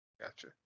Gotcha